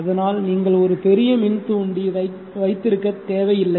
அதனால் நீங்கள் ஒரு புதிய மின்தூண்டி வைத்திருக்க தேவையில்லை